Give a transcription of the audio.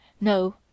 No